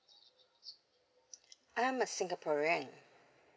I'm a singaporean